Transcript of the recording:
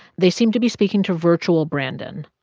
they seemed to be speaking to virtual brandon,